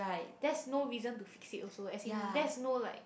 that's no reason to fix it also as in like that's no like